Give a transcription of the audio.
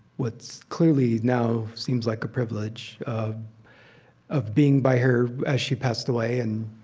what's clearly now seems like a privilege of being by her as she passed away and